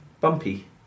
bumpy